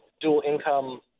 dual-income